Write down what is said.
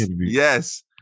yes